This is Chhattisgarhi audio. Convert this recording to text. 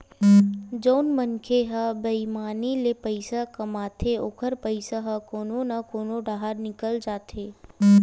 जउन मनखे ह बईमानी ले पइसा सकलथे ओखर पइसा ह कोनो न कोनो डाहर निकल जाथे